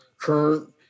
current